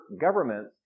governments